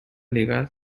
legal